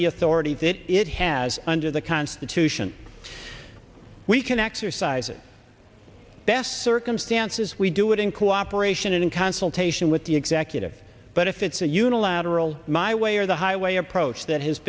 the authority that it has under the constitution we can exercise it best circumstances we do it in cooperation and in consultation with the executive but if it's a unilateral my way or the highway approach that has